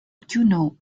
juneau